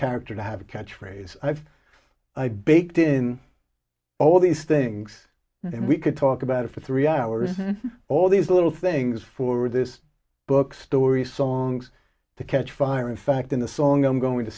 character to have a catchphrase i've baked in all these things and we could talk about it for three hours and all these little things for this book story songs to catch fire in fact in the song i'm going to